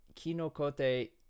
Kinokote